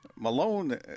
Malone